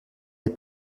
des